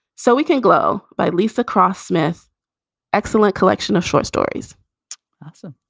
so we can grow by leaps across smith excellent collection of short stories so,